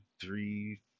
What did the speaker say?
three